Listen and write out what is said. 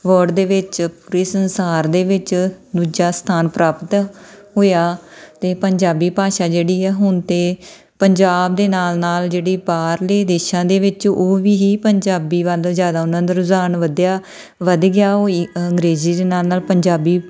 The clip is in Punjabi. ਵਰਡ ਦੇ ਵਿੱਚ ਪੂਰੇ ਸੰਸਾਰ ਦੇ ਵਿੱਚ ਦੂਜਾ ਸਥਾਨ ਪ੍ਰਾਪਤ ਹੋਇਆ ਅਤੇ ਪੰਜਾਬੀ ਭਾਸ਼ਾ ਜਿਹੜੀ ਹੈ ਹੁਣ ਤਾਂ ਪੰਜਾਬ ਦੇ ਨਾਲ ਨਾਲ ਜਿਹੜੀ ਬਾਹਰਲੇ ਦੇਸ਼ਾਂ ਦੇ ਵਿੱਚ ਉਹ ਵੀ ਹੀ ਪੰਜਾਬੀ ਵੱਲ ਜ਼ਿਆਦਾ ਉਹਨਾਂ ਦਾ ਰੁਝਾਨ ਵਧਿਆ ਵੱਧ ਗਿਆ ਉਹ ਅੰਗਰੇਜ਼ੀ ਦੇ ਨਾਲ ਨਾਲ ਪੰਜਾਬੀ